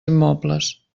immobles